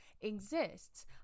exists